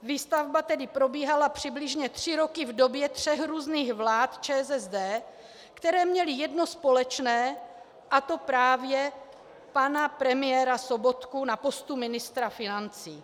Výstavba tedy probíhala přibližně tři roky v době tří různých vlád ČSSD, které měly jedno společné, a to právě pana premiéra Sobotku na postu ministra financí.